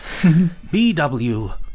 bw